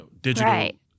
digital